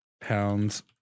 pounds